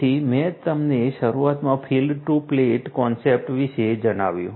તેથી મેં તમને શરૂઆતમાં ફીલ્ડ ટુ પ્લેટ કોન્સેપ્ટ વિશે જણાવ્યું